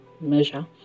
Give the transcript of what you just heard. measure